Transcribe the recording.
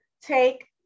take